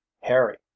Harry